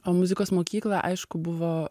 o muzikos mokykla aišku buvo